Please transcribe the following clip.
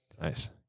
Nice